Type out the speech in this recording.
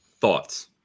thoughts